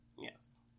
Yes